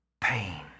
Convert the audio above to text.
pain